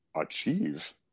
achieve